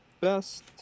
best